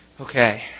Okay